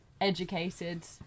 educated